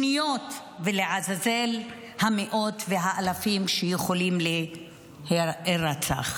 שניות, ולעזאזל המאות והאלפים שיכולים להירצח.